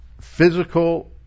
physical